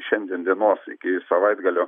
šiandien dienos iki savaitgalio